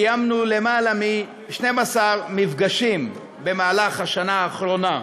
קיימנו למעלה מ-12 מפגשים במהלך השנה האחרונה,